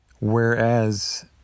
whereas